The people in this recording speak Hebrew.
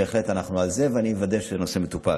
בהחלט אנחנו על זה, ואני אוודא שהנושא מטופל.